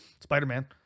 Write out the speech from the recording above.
Spider-Man